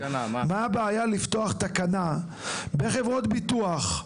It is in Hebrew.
מה הבעיה לפתוח תקנה בחברות ביטוח,